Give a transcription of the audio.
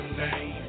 name